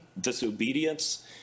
disobedience